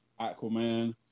aquaman